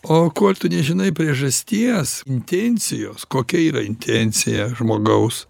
o kol tu nežinai priežasties intencijos kokia yra intencija žmogaus